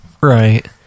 Right